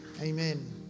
Amen